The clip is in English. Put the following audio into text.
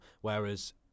Whereas